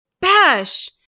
Bash